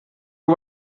her